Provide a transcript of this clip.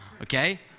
Okay